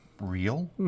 real